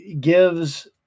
gives